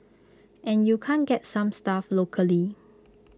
and you can't get some stuff locally